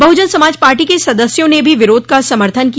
बहुजन Samaj Party के सदस्यों ने भी विरोध का समर्थन किया